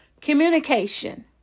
communication